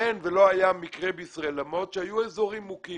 אין ולא היה מקרה בישראל, למרות שהיו אזורים מוכים